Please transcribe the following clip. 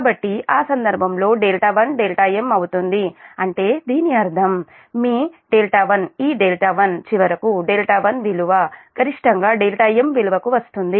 కాబట్టి ఆ సందర్భంలో 1 mఅవుతుంది అంటే దీని అర్థం మీ 1 ఈ 1 చివరకు 1 విలువ గరిష్టంగా m విలువకు వస్తుంది